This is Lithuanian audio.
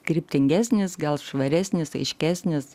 kryptingesnis gal švaresnis aiškesnis